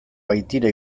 baitira